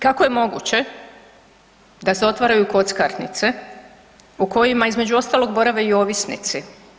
Kako je moguće da se otvaraju kockarnice u kojima između ostalog borave i ovisnici?